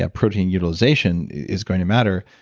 ah protein utilization is going to matter.